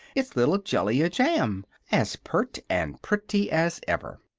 it's little jellia jamb as pert and pretty as ever!